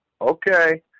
Okay